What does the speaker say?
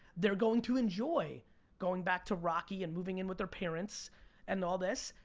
they're going to enjoy going back to rocky and moving in with their parents and all this,